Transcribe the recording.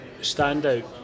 standout